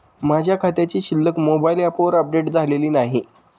माझ्या खात्याची शिल्लक मोबाइल ॲपवर अपडेट झालेली नाही